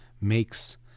makes